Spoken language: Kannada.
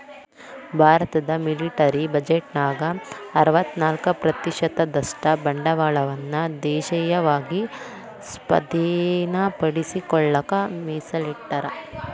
ಭಾರತದ ಮಿಲಿಟರಿ ಬಜೆಟ್ನ್ಯಾಗ ಅರವತ್ತ್ನಾಕ ಪ್ರತಿಶತದಷ್ಟ ಬಂಡವಾಳವನ್ನ ದೇಶೇಯವಾಗಿ ಸ್ವಾಧೇನಪಡಿಸಿಕೊಳ್ಳಕ ಮೇಸಲಿಟ್ಟರ